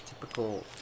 typical